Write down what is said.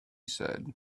said